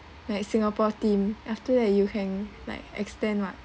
like singapore team after that you can like extend [what]